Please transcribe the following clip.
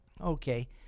okay